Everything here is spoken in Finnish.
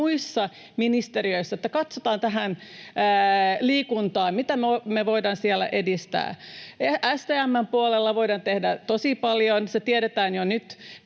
muissa ministeriöissä, että katsotaan tätä liikuntaa, mitä me voidaan siellä edistää. STM:n puolella voidaan tehdä tosi paljon, se tiedetään jo nyt.